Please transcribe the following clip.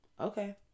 Okay